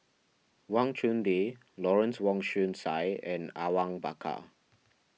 Wang Chunde Lawrence Wong Shyun Tsai and Awang Bakar